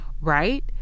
right